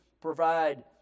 provide